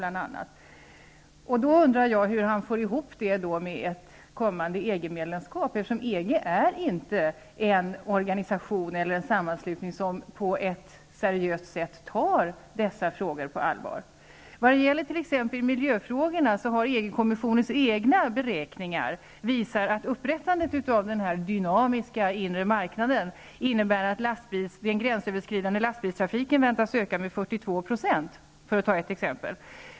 Jag undrar då hur detta går ihop med ett kommande EG-medlemskap. EG är nämligen inte en sammanslutning som på ett seriöst sätt tar dessa frågor på allvar. När det gäller t.ex. miljöfrågorna visar EG kommissionens egna beräkningar att upprättandet av den dynamiska inre marknaden innebär att den gränsöverskridande lastbilstrafiken väntas öka med 42 %.